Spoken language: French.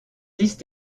liste